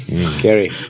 Scary